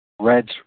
Red's